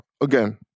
Again